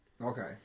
Okay